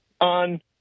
on